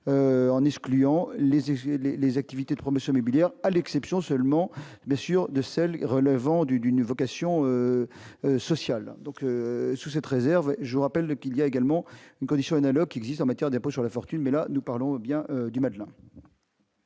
et gelé les activités trop monsieur, mais vous dire, à l'exception, seulement, bien sûr, de celles relevant du d'une vocation sociale donc, sous cette réserve je vous rappelle qu'il y a également une condition analogue qui existe en matière d'impôt sur la fortune, mais là, nous parlons bien du match.